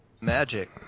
magic